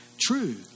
true